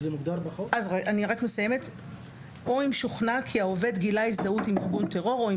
"או אם שוכנע כי העובד גילה הזדהות עם ארגון טרור או עם